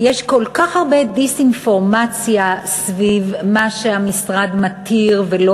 יש כל כך הרבה דיסאינפורמציה סביב מה שהמשרד מתיר ולא